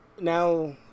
now